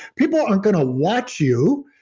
people aren't going to watch you.